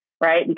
right